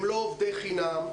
הם לא עובדי חינם,